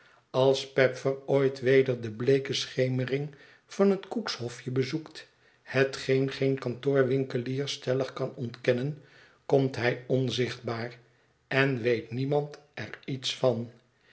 als peffer ooit weder de bleeke schemering van het cook's hofje bezoekt hetgeen geen kantoorwinkelier stellig kan ontkennen komt hij onzichtbaar en weet niemand er iets van